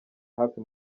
hafi